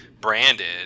branded